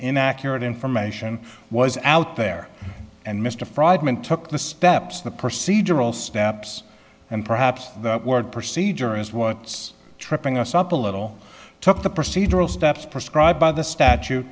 inaccurate information was out there and mr freidman took the steps the procedural steps and perhaps the word procedure is what's tripping us up a little took the procedural steps prescribed by the statute